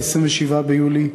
27 ביולי,